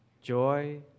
joy